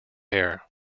hair